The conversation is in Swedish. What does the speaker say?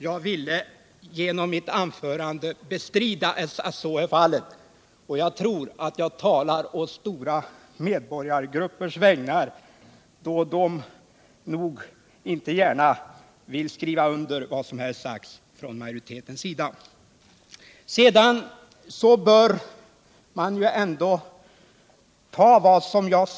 Jag ville genom mitt anförande bestrida att så är fallet. Jag tror också att det finns stora medborgargrupper som inte gärna vill skriva under på vad utskottsmajoriteten har sagt.